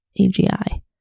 AGI